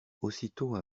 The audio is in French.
aussitôt